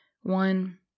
one